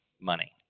money